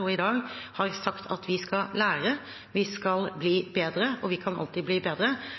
og i dag – har sagt at vi skal lære, vi skal bli bedre, og vi kan alltid bli bedre, tror jeg